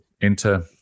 enter